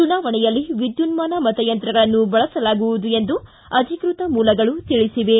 ಚುನಾವಣೆಯಲ್ಲಿ ವಿದ್ದುನ್ಸಾನ ಮತಯಂತ್ರಗಳನ್ನು ಬಳಸಲಾಗುವುದು ಎಂದು ಅಧಿಕೃತ ಮೂಲಗಳು ತಿಳಿಸಿವೆ